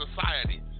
society